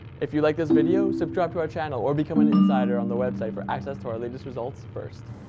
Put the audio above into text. if you like this video, subscribe to our channel, or become an insider on the website for access to our latest results first!